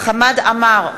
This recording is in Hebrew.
חמד עמאר,